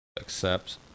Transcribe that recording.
Accept